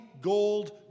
gold